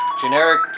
generic